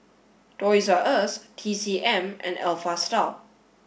toys R Us T C M and Alpha Style